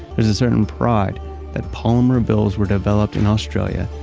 there's a certain pride that palmer bills were developed in australia,